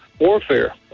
warfare